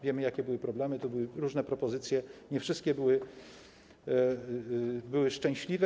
Wiemy, jakie były problemy, tu były różne propozycje, nie wszystkie były szczęśliwe.